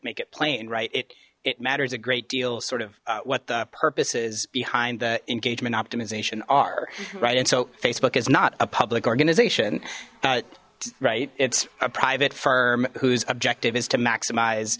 make it plain right it it matters a great deal sort of what the purpose is behind the engagement optimization are right and so facebook is not a public organization right it's a private firm whose objective is to maximize